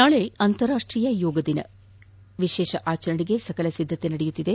ನಾಳೆ ಅಂತಾರಾಷ್ಟೀಯ ಯೋಗ ದಿನ ಆಚರಣೆಗೆ ಸಕಲ ಸಿದ್ಗತೆ ನಡೆಯುತ್ತಿದೆ